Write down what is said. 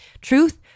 Truth